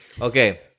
Okay